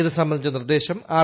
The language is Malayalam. ഇത് സംബന്ധിച്ച നിർദ്ദേശം ആർ